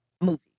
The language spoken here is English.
movie